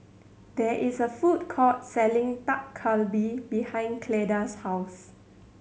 there is a food court selling Dak Galbi behind Cleda's house